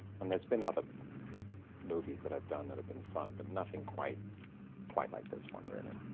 and there's been other movies that i've done that have been fun, but nothing quite quite like this one, really.